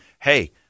hey